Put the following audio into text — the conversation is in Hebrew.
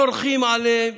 דורכים עליהם,